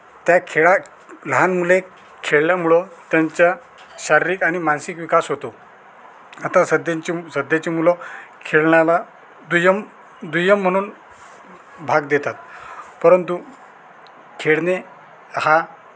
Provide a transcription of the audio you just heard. त्या खेळात लहान मुले खेळल्यामुळं त्यांच्या शारीरिक आणि मानसिक विकास होतो आता सध्यांची सध्याची मुलं खेळण्याला दुय्यम दुय्यम म्हणून भाग देतात परंतु खेळणे हा